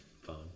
phone